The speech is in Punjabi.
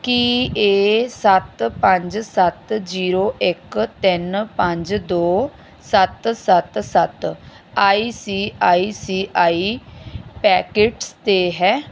ਕੀ ਇਹ ਸੱਤ ਪੰਜ ਸੱਤ ਜ਼ੀਰੋ ਇੱਕ ਤਿੰਨ ਪੰਜ ਦੋ ਸੱਤ ਸੱਤ ਸੱਤ I C I C I packets 'ਤੇ ਹੈ